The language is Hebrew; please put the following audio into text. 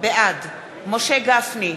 בעד משה גפני,